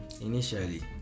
Initially